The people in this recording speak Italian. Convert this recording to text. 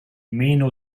meno